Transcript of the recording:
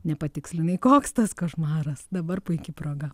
nepatikslinai koks tas košmaras dabar puiki proga